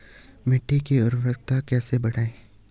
मिट्टी की उर्वरकता कैसे बढ़ायें?